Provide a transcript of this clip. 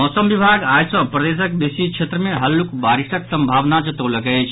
मौसम विभाग आइ सँ प्रदेशक वेसी क्षेत्र मे हलुक वारिशक संभावना जतौलक अछि